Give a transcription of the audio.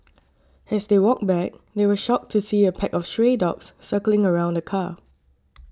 as they walked back they were shocked to see a pack of stray dogs circling around the car